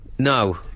No